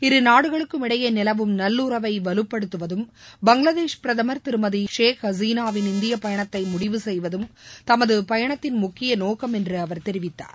இருநாடுகளுக்கும் இடையே நிலவும் நல்லுறவை வலுப்படுத்துவதும் பங்களாதேஷ் பிரதமர் திருமதி ஷேக் ஹசீனாவின் இந்திய பயணத்தை முடிவு செய்வதும் தமது பயணத்தின் முக்கிய நோக்கம் என்று அவர் தெரிவித்தார்